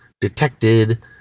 detected